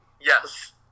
Yes